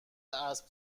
اسب